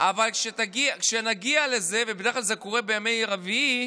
אבל כשנגיע לזה, בדרך כלל זה קורה בימי רביעי,